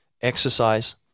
exercise